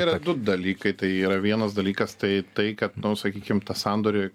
yra du dalykai tai yra vienas dalykas tai tai kad nu sakykim tą sandorį